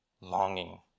longing